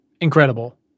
incredible